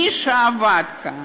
מי שעבד כאן,